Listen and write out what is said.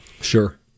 Sure